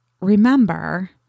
remember